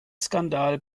skandal